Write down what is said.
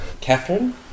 Catherine